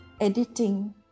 editing